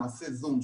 נעשה זום,